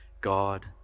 God